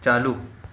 चालू